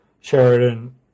Sheridan